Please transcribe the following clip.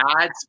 ads